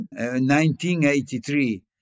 1983